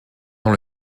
dans